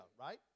right